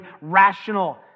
rational